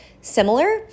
similar